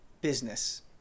business